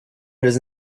those